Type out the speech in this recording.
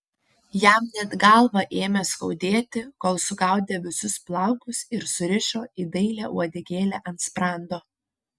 jam net galvą ėmė skaudėti kol sugaudė visus plaukus ir surišo į dailią uodegėlę ant sprando